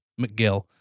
McGill